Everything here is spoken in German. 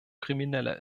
kriminelle